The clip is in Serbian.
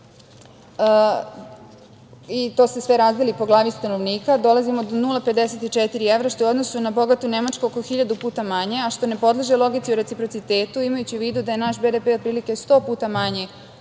to se sve razdeli po glavi stanovnika, dolazimo do 0,54 evra, što je u odnosu na bogatu Nemačku oko hiljadu puta manje, a što ne podleže logici u reciprocitetu, imajući u vidu da je naš BDP otprilike sto puta manji